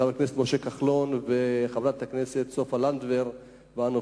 חבר הכנסת משה כחלון וחברת הכנסת סופה לנדבר ואנוכי,